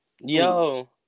Yo